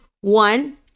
One